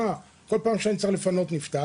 הייתי אומר לו: "כל פעם שאני צריך לפנות נפטר,